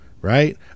right